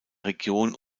region